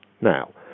now